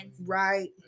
right